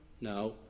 No